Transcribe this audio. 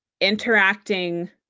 interacting